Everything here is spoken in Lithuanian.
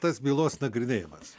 tas bylos nagrinėjimas